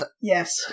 Yes